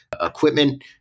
equipment